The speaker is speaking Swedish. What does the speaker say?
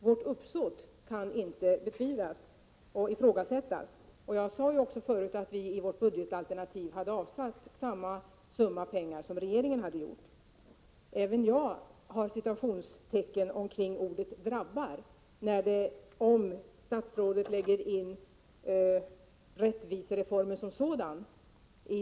Vårt uppsåt kan inte betvivlas, det kan inte ifrågasättas. Jag sade förut att vi i vårt budgetalternativ hade avsatt samma summa pengar som regeringen gjort. Även jag sätter citationstecken kring ordet ”drabbar”, om statsrådet i det lägger in rättvisereformen som sådan.